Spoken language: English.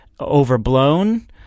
overblown